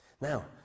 Now